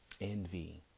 envy